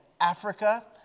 Africa